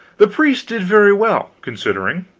the priest did very well, considering.